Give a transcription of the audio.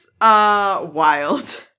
wild